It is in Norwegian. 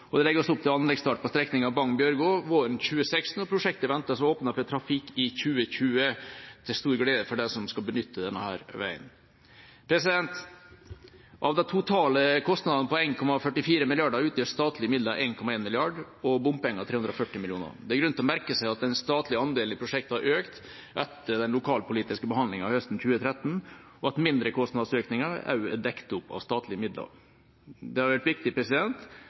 Det legges opp til anleggsstart på strekninga Bagn–Bjørgo våren 2016, og prosjektet ventes åpnet for trafikk i 2020 – til stor glede for dem som skal benytte denne veien. Av de totale kostnadene på 1,44 mrd. kr utgjør statlige midler 1,1 mrd. kr og bompenger 340 mill. kr. Det er grunn til å merke seg at den statlige andelen i prosjektet har økt etter den lokalpolitiske behandlinga høsten 2013, og at mindre kostnadsøkninger også er dekt opp av statlige midler. Det har vært viktig